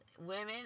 Women